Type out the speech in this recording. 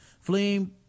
fleeing